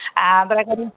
Andhra